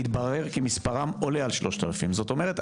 יתברר כי מספרם עולה על 3,000. זאת אומרת,